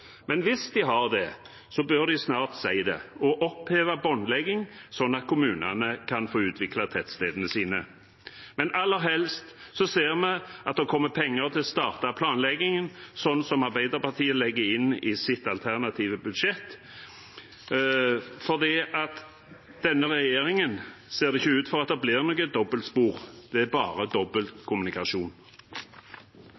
Men hvis de har det, bør de snart si det og oppheve båndleggingen, slik at kommunene kan få utvikle tettstedene sine. Aller helst ser vi at det kommer penger til å starte planleggingen, slik som Arbeiderpartiet legger inn i sitt alternative budsjett. For med denne regjeringen ser det ikke ut til at det blir noe dobbeltspor. Det er bare